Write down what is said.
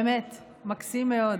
באמת מקסים מאוד.